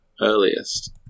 earliest